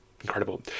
incredible